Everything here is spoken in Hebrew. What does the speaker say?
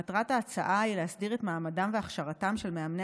מטרת ההצעה היא להסדיר את מעמדם ואת הכשרתם של מאמני